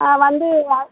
ஆ வந்து யா